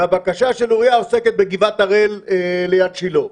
והבקשה של אוריה עוסקת בגבעת הראל ליד שילה.